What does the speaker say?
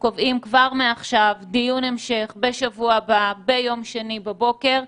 קובעים כבר מעכשיו דיון המשך בשבוע הבא ביום שני בבוקר,